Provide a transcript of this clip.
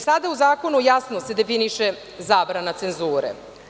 Sada se u zakonu jasno definiše zabrana cenzure.